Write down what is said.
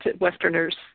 westerners